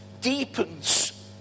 deepens